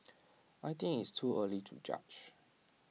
I think it's too early to judge